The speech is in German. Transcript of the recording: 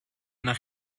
nach